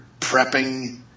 prepping